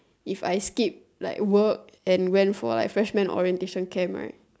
if I skip like work and went for like freshman orientation camp right